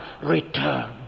return